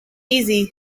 easy